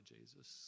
Jesus